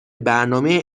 برنامه